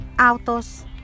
autos